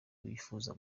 yifuza